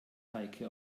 heike